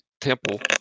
temple